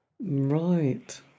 Right